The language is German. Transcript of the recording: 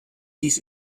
dies